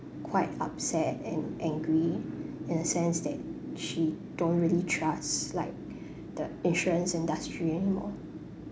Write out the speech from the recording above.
quite upset and angry in the sense that she don't really trust like the insurance industry anymore